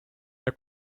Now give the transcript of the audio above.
der